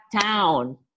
town